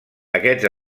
aquests